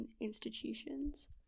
institutions